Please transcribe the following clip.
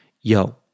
Yo